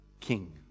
king